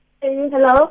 Hello